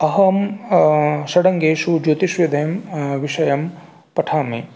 अहं षडङ्गेषु ज्योतिषविद्यां विषयं पठामि